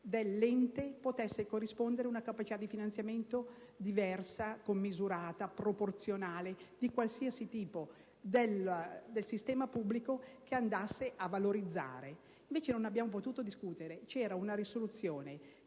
dell'ente potesse corrispondere una capacità di finanziamento diversa, commisurata, proporzionale, di qualsiasi tipo, del sistema pubblico, che puntasse alla valorizzazione. Invece, non abbiamo potuto discutere. C'era una risoluzione